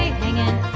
hanging